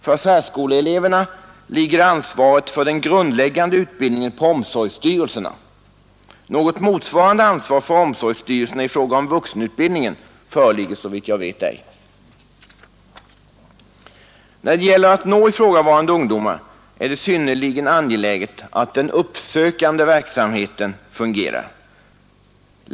För särskoleeleverna ligger ansvaret för den grundläggande utbildningen på omsorgsstyrelserna. Något motsvarande ansvar för omsorgsstyrelserna i fråga om vuxenutbildningen föreligger såvitt jag vet ej. När det gäller att nå ifrågavarande ungdomar är det synnerligen angeläget att den uppsökande verksamheten fungerar.